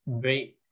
great